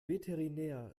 veterinär